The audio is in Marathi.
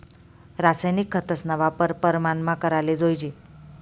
रासायनिक खतस्ना वापर परमानमा कराले जोयजे